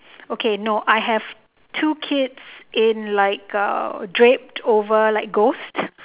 okay no I have two kids in like uh draped over like ghost